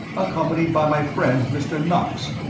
accompanied by my friend, mr. knox,